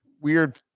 weird